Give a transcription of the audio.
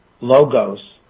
logos